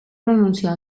renunciar